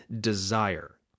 desire